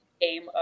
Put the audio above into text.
game